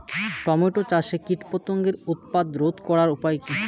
Tomato চাষে কীটপতঙ্গের উৎপাত রোধ করার উপায় কী?